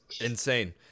insane